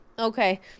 Okay